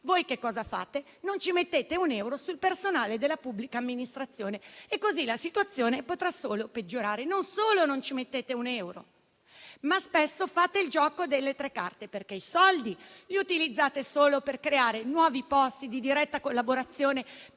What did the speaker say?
media cambi, non mettete un euro sul personale della pubblica amministrazione e così la situazione potrà solo peggiorare. Non solo non ci mettete un euro, ma spesso fate il gioco delle tre carte, perché i soldi li utilizzate solo per creare nuovi posti di diretta collaborazione